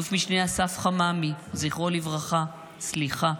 אלוף משנה אסף חממי, זכרו לברכה, סליחה,